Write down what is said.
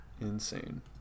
Insane